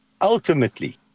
ultimately